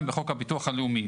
בחוק הביטוח הלאומי.